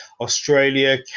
australia